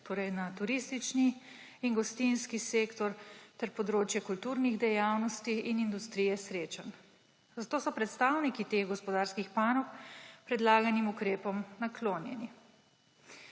torej na turistični in gostinski sektor ter področje kulturnih dejavnosti in industrije srečanj. Zato so predstavniki teh gospodarskih panog predlaganim ukrepom naklonjeni.